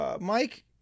Mike